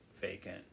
vacant